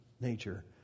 nature